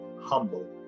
humble